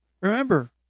Remember